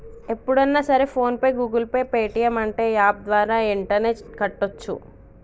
ఎప్పుడన్నా సరే PhonePe Google Pay Paytm అంటే యాప్ ద్వారా యెంటనే కట్టోచ్చు